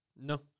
no